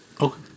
Okay